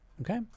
Okay